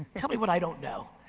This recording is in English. tell me what i don't know.